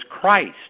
Christ